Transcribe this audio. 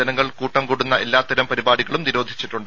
ജനങ്ങൾ കൂട്ടുംകൂടുന്ന എല്ലാതരം പരിപാടികളും നിരോധിച്ചിട്ടുണ്ട്